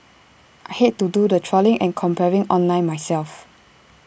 I hate to do the trawling and comparing online myself